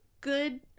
good